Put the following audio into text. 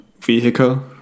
vehicle